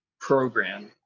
program